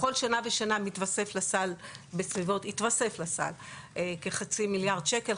בכל שנה ושנה התווסף לסל כחצי מיליארד שקל,